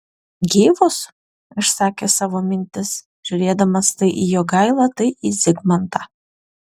gyvus išsakė savo mintis žiūrėdamas tai į jogailą tai į zigmantą